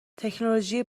تکنولوژی